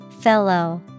Fellow